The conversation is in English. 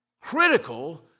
critical